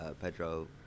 Pedro